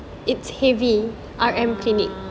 a'ah